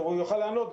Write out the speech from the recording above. הוא יוכל לענות.